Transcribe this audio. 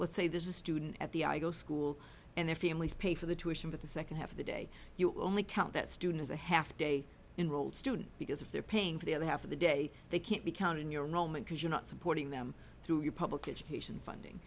let's say there's a student at the i go school and their families pay for the tuition but the second half of the day you only count that student as a half day in rolled student because if they're paying for the other half of the day they can't be counted in your moment because you're not supporting them through your public education funding